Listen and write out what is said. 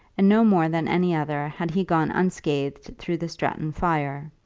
and no more than any other had he gone unscathed through the stratton fire.